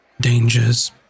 dangers